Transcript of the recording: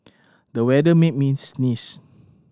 the weather made me sneeze